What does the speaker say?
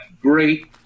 great